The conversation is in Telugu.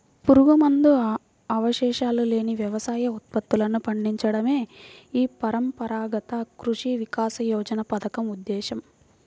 పురుగుమందు అవశేషాలు లేని వ్యవసాయ ఉత్పత్తులను పండించడమే ఈ పరంపరాగత కృషి వికాస యోజన పథకం ఉద్దేశ్యం